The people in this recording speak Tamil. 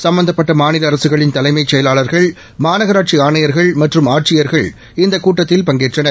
சும்பந்தப்பட்ட மாநில அரசுகளின் தலைமைச் செயலாளர்கள் மாநகராட்சி ஆணையர்கள் மற்றும் ஆட்சியர்கள் இந்த கூட்டத்தில் பங்கேற்றனர்